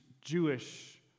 Jewish